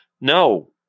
No